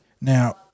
Now